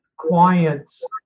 clients